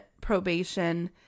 probation